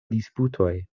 disputoj